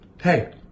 Hey